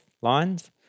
lines